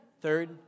Third